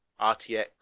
RTX